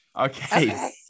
Okay